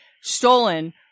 stolen